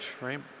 right